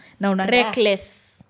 Reckless